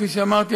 כפי שאמרתי,